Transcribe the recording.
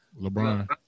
LeBron